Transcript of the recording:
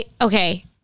okay